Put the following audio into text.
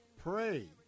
Pray